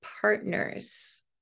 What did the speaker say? partners